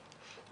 פשוט מעוות.